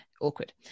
awkward